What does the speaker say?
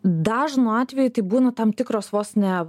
dažnu atveju tai būna tam tikros vos ne